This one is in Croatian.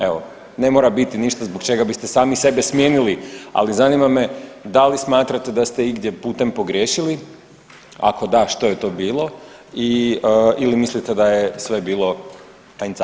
Evo, ne mora biti ništa zbog čega biste sami sebe smijenili, ali zanima me da li smatrate da ste igdje putem pogriješili, ako da što je to bilo i, ili mislite da je sve bilo ajnc ap?